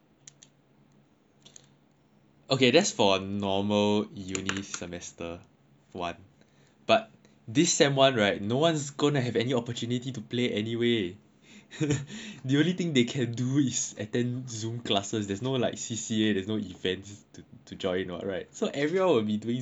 ok that's for normal uni semester one but this sem one right no one is gonna have any opportunity to play anyway do you really think they can do this attend zoom classes there is no like C_C_A no event to join alright so everyone will do some class only [what]